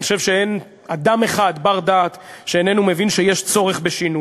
אני חושב שאין אדם אחד בר-דעת שאיננו מבין שיש צורך בשינוי.